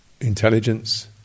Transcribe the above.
intelligence